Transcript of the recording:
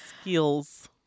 skills